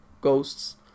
Ghosts